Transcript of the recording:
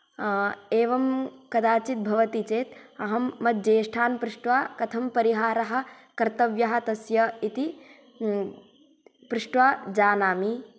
एवं कदाचित् भवति चेत् अहं मम ज्येष्ठान् पृष्ट्वा कथं परिहारः कर्त्तव्यः तस्य इति पृष्ट्वा जानामि